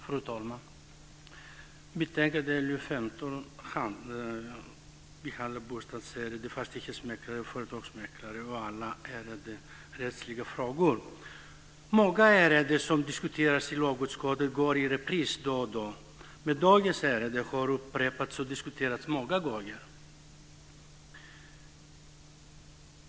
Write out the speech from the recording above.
Fru talman! I betänkande LU15 behandlas bostadsärenden, fastighetsmäklare och företagsmäklare och alla arrenderättsliga frågor. Många ärenden som diskuteras i lagutskottet går i repris då och då. Dagens ärende har upprepats och diskuterats många gånger.